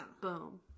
Boom